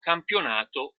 campionato